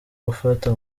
gufata